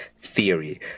theory